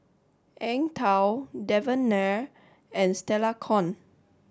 Eng Tow Devan Nair and Stella Kon